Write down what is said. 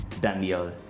Daniel